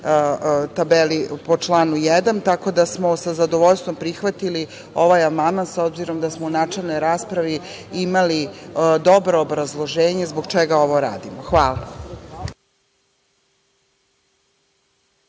tabeli po članu 1. tako da smo sa zadovoljstvom prihvatili ovaj amandman, s obzirom da smo u načelnoj raspravi imali dobro obrazloženje zbog čega ovo radimo. Hvala.